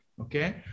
Okay